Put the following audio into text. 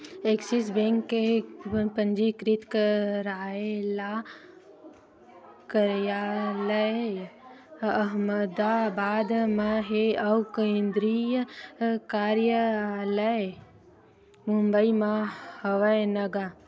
Axis bank के पंजीकृत कारयालय अहमदाबाद म हे अउ केंद्रीय कारयालय मुबई म हवय न गा